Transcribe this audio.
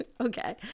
Okay